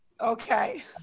Okay